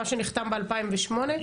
מה שנחתם ב-2008,